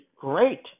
great